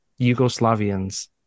Yugoslavians